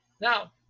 Now